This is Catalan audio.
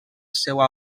seua